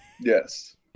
Yes